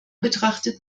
betrachtet